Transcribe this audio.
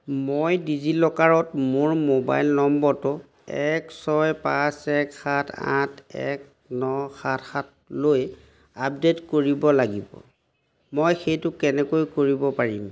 মই ডিজিলকাৰত মোৰ মোবাইল নম্বৰটো এক ছয় পাঁচ এক সাত আঠ এক ন সাত সাতলৈ আপডেট কৰিব লাগিব মই সেইটো কেনেকৈ কৰিব পাৰিম